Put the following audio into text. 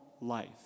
life